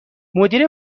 مدیر